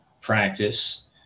practice